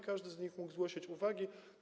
Każdy z nich mógł zgłosić uwagi.